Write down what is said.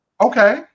Okay